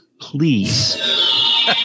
please